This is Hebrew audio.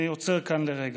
אני עוצר כאן לרגע.